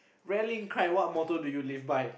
rallying cry what motto do you live by